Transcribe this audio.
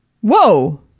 Whoa